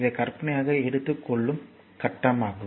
இதை கற்பனையாக எடுத்து கொள்ளும் கட்டம் ஆகும்